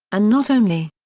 and not only.